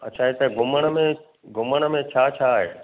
अच्छा हिते घुमण में घुमण में छा छा आहे